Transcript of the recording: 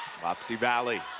wapsie valley,